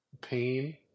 pain